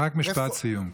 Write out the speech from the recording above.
רק משפט סיום.